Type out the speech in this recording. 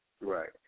Right